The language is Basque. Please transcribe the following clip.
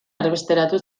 erbesteratu